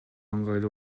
ыңгайлуу